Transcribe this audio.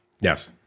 Yes